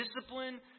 discipline